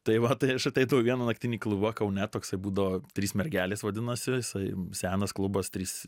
tai va tai aš ateinu į vieną naktinį klubą kaune toksai būdavo trys mergelės vadinasi jisai senas klubas trys